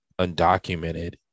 undocumented